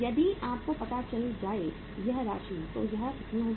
यदि आपको पता चल जाए यह राशि तो यह कितनी होगी